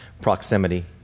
proximity